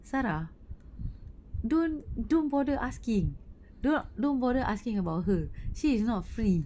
sarah don't don't bother asking don't don't bother asking about her she is not free